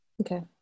Okay